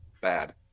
bad